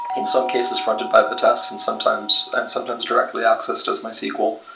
in some cases fronted by the tests and sometimes and sometimes directly accessed as mysql.